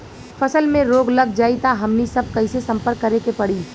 फसल में रोग लग जाई त हमनी सब कैसे संपर्क करें के पड़ी?